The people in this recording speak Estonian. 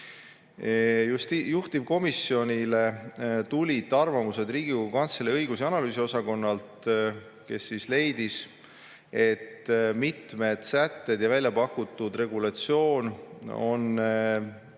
Juhtivkomisjonile tulid arvamused Riigikogu Kantselei õigus- ja analüüsiosakonnalt, kes leidis, et mitmed sätted ja väljapakutud regulatsioon on nende